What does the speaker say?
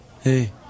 Hey